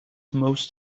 most